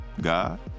God